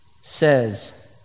says